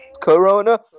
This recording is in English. Corona